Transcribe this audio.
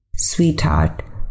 Sweetheart